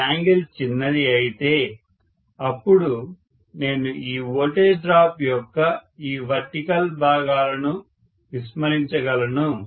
ఈ యాంగిల్ చిన్నది అయితే అప్పుడు నేను ఈ వోల్టేజ్ డ్రాప్ యొక్క ఈ వర్టికల్ భాగాలను విస్మరించగలను